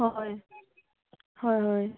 হয় হয় হয়